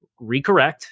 recorrect